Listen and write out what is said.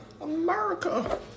America